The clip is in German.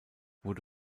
wurde